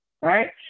Right